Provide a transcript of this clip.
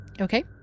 Okay